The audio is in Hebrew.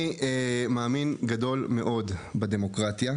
אני מאמין גדול מאוד בדמוקרטיה,